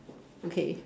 okay